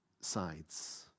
sides